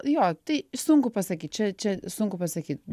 jo tai sunku pasakyt čia čia sunku pasakyt